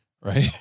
Right